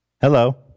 Hello